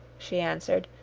she answered,